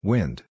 Wind